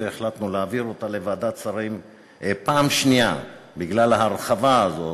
והחלטנו להעביר אותה לוועדת שרים פעם שנייה בגלל ההרחבה הזאת,